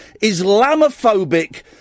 Islamophobic